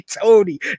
Tony